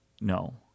No